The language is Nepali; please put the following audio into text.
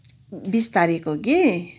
बिस तारिक हो कि